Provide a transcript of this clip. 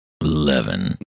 Eleven